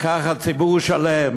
לקחת ציבור שלם